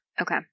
Okay